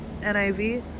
NIV